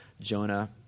Jonah